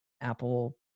Apple